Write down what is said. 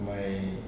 my